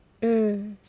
mm